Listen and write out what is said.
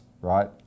right